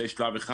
זה שלב אחד.